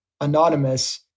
anonymous